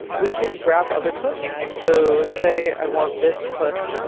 we can grab other clips. so say i want this clip.